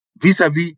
vis-a-vis